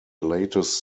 latest